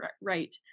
right